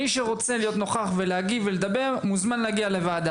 מי שרוצה להיות נוכח, להגיב ולדבר, מוזמן לוועדה.